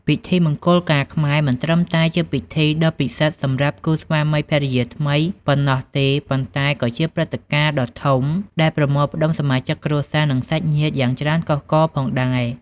ពិធីមង្គលការខ្មែរ មិនត្រឹមតែជាពិធីដ៏ពិសិដ្ឋសម្រាប់គូស្វាមីភរិយាថ្មីប៉ុណ្ណោះទេ ប៉ុន្តែក៏ជាព្រឹត្តិការណ៍ដ៏ធំដែលប្រមូលផ្តុំសមាជិកគ្រួសារ និងសាច់ញាតិយ៉ាងច្រើនកុះករផងដែរ។